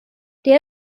der